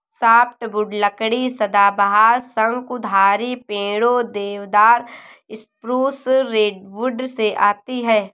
softwood लकड़ी सदाबहार, शंकुधारी पेड़ों, देवदार, स्प्रूस, रेडवुड से आती है